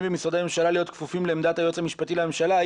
במשרדי הממשלה להיות כפופים לעמדת היועץ המשפטי לממשלה,